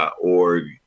.org